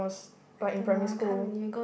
was like in primary school